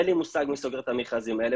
אין לי מושג מי סוגר את המכרזים האלה,